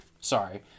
Sorry